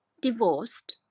divorced